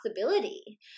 possibility